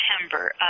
September